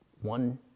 One